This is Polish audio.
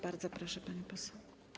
Bardzo proszę, pani poseł.